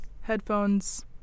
Headphones